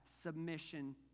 submission